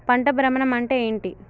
పంట భ్రమణం అంటే ఏంటి?